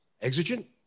exigent